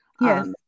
Yes